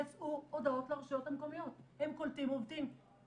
יצאו הודעות לרשויות המקומיות, הם קולטים עובדים.